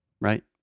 Right